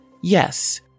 yes